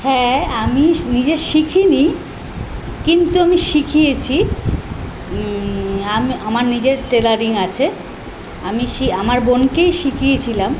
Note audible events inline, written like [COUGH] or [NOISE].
হ্যাঁ আমি [UNINTELLIGIBLE] নিজে শিখিনি কিন্তু আমি শিখিয়েছি আমি আমার নিজের টেলারিং আছে আমি [UNINTELLIGIBLE] আমার বোনকেই শিখিয়েছিলাম